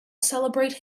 celebrate